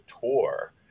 tour